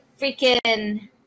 freaking